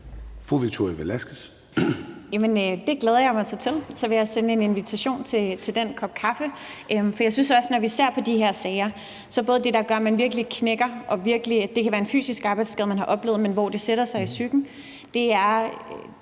Victoria Velasquez (EL): Det glæder jeg mig så til. Så vil jeg sende en invitation om at drikke den kop kaffe. Når vi ser på de her sager, synes jeg, man kan se, at det, der gør, at man virkelig knækker – det kan være en fysisk arbejdsskade, man har fået, som sætter sig i psyken – er